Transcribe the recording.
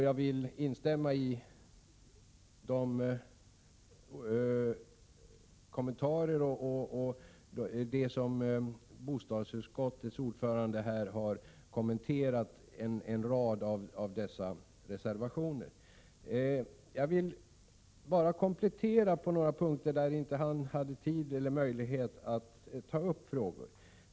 Jag vill instämma i de kommentarer bostadsutskottets ordförande har gjort beträffande de gemensamma borgerliga reservationerna. Jag vill emellertid komplettera det han sade på några punkter som han inte hade tid eller möjlighet att ta upp.